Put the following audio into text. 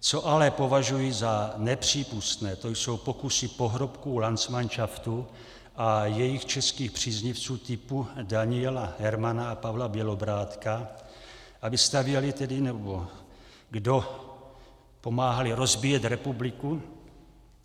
Co ale považuji za nepřípustné, to jsou pokusy pohrobků landsmanšaftu a jejich českých příznivců typu Daniela Hermana a Pavla Bělobrádka, aby stavěli tedy nebo kdo pomáhali rozbíjet republiku,